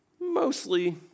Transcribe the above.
Mostly